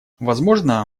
возможно